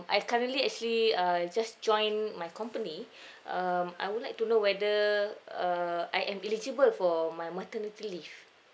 I currently actually uh just joined my company um I would like to know whether uh I am eligile for my maternity leave